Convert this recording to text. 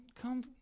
come